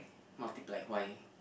multiply why